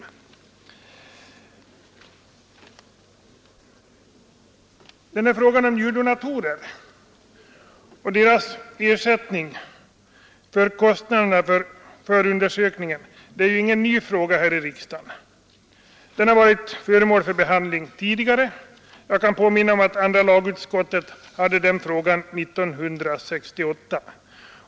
Frågan om njurdonatorer och deras ersättning för kostnaderna för förundersökningar är inte ny i riksdagen. Den har varit föremål för behandling tidigare. Jag kan påminna om att andra lagutskottet hade den frågan uppe 1968.